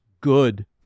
good